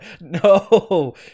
no